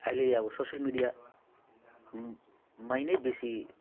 अहिले अब सोसियल मिडियामा नै बेसी